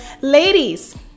ladies